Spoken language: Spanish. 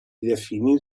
definir